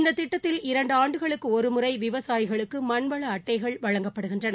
இந்தத் திட்டத்தில் இரண்டு ஆண்டுகளுக்கு ஒருமுறை விவசாயிகளுக்கு மண்வள அட்டைகள் வழங்கப்படுகின்றன